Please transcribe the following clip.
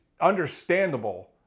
understandable